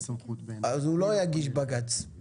אז הוא כנראה לא יגיש בג"ץ.